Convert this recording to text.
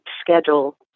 schedule